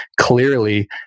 clearly